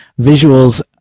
visuals